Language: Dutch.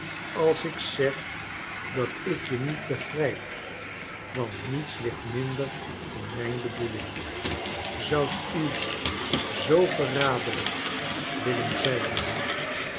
als ik zeg dat ik je niet begrijp want niets ligt minder in mijn bedoeling zoudt u zoo verraderlijk willen zijn mijnheer